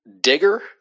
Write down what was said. Digger